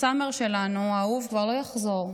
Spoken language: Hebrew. סאמר שלנו האהוב כבר לא יחזור,